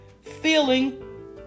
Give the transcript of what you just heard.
feeling